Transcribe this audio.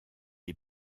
est